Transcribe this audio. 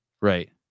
Right